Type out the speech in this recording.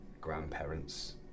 grandparents